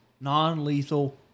non-lethal